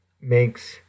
makes